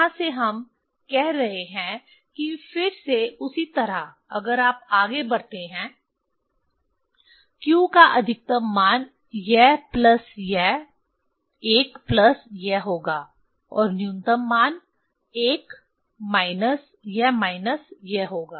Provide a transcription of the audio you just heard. यहाँ से हम कह रहे हैं कि फिर से उसी तरह अगर आप आगे बढ़ते हैं q का अधिकतम मान यह प्लस यह 1 प्लस यह होगा और न्यूनतम मान 1 माइनस यह माइनस यह होगा